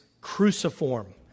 cruciform